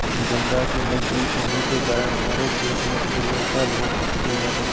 गंगा के नजदीक होने के कारण हमारे खेत में उर्वरता बहुत अच्छी है